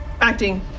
Acting